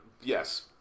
Yes